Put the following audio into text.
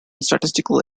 statistical